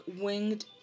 winged